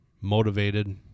motivated